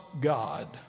God